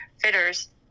fitters